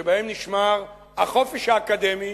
שבהם נשמר החופש האקדמי